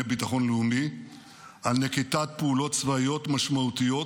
ביטחון לאומי על נקיטת פעולות צבאיות משמעותיות,